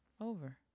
over